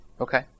Okay